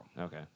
Okay